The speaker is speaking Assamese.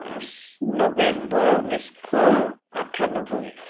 পাঁচ নৱেম্বৰ ঊনৈছশ আঠান্নব্বৈ